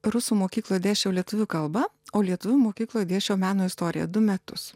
rusų mokykloj dėsčiau lietuvių kalba o lietuvių mokykloj dėsčiau meno istoriją du metus